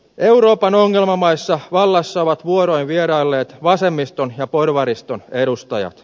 euroopan ongelmamaissa vallassa ovat vuoroin vierailleet vasemmiston ja porvariston edustajat